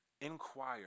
inquire